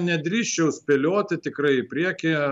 nedrįsčiau spėlioti tikrai į priekį